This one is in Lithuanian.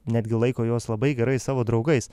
netgi laiko juos labai gerais savo draugais